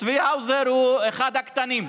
צבי האוזר הוא אחת הבעיות הקטנות.